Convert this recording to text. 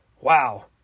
Wow